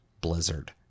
Blizzard